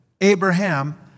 Abraham